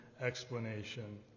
explanation